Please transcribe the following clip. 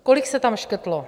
Kolik se tam škrtlo?